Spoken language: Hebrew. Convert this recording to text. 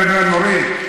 נורית,